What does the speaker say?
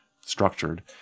structured